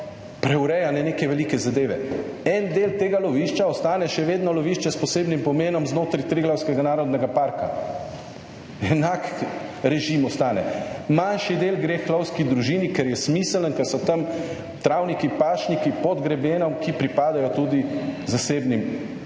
preurejanje neke velike zadeve. En del tega lovišča ostane še vedno lovišče s posebnim pomenom znotraj Triglavskega narodnega parka. Enak režim ostane. Manjši del gre h lovski družini, ker je smiseln, ker so tam travniki, pašniki pod grebenom, ki pripadajo tudi zasebnim